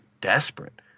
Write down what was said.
desperate